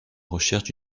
recherche